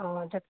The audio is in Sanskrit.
ओ तत्